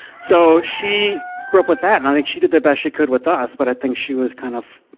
so, she grew up with that and i think she did the best she could with us. but i think she was kind of,